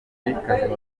semugazi